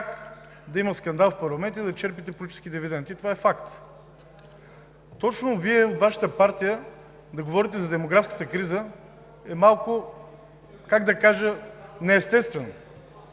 да има скандал в парламента и да черпите политически дивиденти. Това е факт. Точно Вие от Вашата партия да говорите за демографската криза е малко, как да кажа, неестествено,